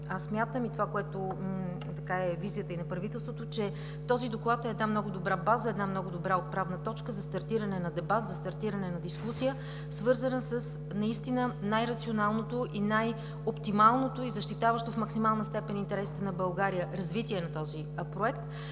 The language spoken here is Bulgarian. смятам и което визията и на правителството, е, че този доклад е една много добра база, една много добра отправна точка за стартиране на дебат, за стартиране на дискусия, свързана с наистина най-рационалното и най-оптималното и защитаващо в максимална степен интересите на България – развитие на този проект.